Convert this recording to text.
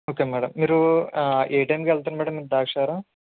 okay madam మీరు ఏ టైంకి వెళ్తారు మేడం ద్రాక్షారామం